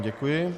Děkuji.